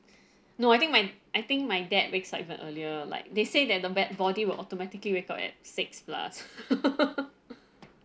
no I think my I think my dad wakes up even earlier like they say that the bad~ body will automatically wake up at six plus